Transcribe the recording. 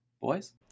Boys